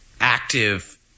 active